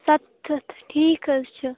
سَتَتھ ٹھیٖک حظ چھِ